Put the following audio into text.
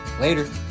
Later